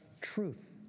truth